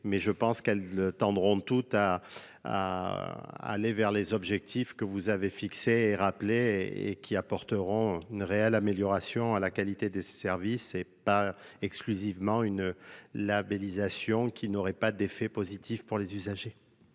mais je pense qu'elles le tendront toutes à aller v. les objectifs que vous avez fixés et rappelés, et qui apporteront une réelle amélioration de la qualité des services, et pas exclusivement une labellisation, qui n'aura pas d'effet positif sur les usagers,